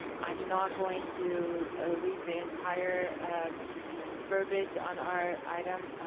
um i'm not going to ah read the entire verbiage on our item,